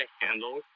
handle